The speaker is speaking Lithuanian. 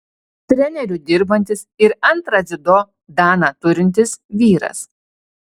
treneriu dirbantis ir antrą dziudo daną turintis vyras